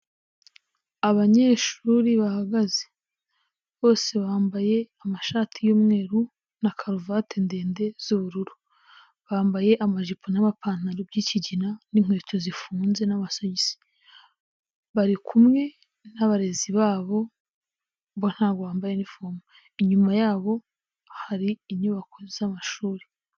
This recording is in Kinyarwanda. Abanyeshuri bahagaze bose bambaye amashati y'umweru na karuvati ndende z'ubururu, bambaye amajipo n'amapantaro by'ikigina n'inkweto zifunze n'abasogisi, bari kumwe n'abarezi babo bo ntabwo bambaye inifomu. Inyuma yabo hari inyubako z'amashuri.